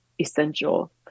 essential